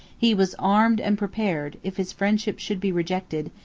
he was armed and prepared, if his friendship should be rejected,